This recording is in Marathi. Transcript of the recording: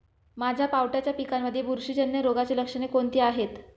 माझ्या पावट्याच्या पिकांमध्ये बुरशीजन्य रोगाची लक्षणे कोणती आहेत?